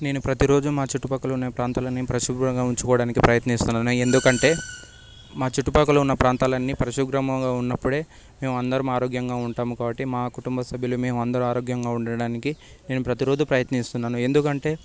నేను ప్రతిరోజూ మా చుట్టుపక్కల ఉన్న ప్రాంతాలన్నీ పరిశుభ్రంగా ఉంచుకోవడానికి ప్రయత్నిస్తాను ఎందుకంటే మా చుట్టుపక్కలో ఉన్న ప్రాంతాలన్నీ పరిశుభ్రంగా ఉన్నప్పుడే మేము అందరు ఆరోగ్యంగా ఉంటాము కాబట్టి మా కుటుంబ సభ్యులు మేము అందరం ఆరోగ్యంగా ఉండడానికి నేను ప్రతిరోజు ప్రయత్నిస్తున్నాను ఎందుకంటే